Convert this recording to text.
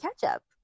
ketchup